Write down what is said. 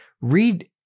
Read